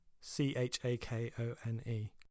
c-h-a-k-o-n-e